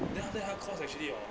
then after that 他 course actually orh